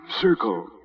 Circle